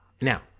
Now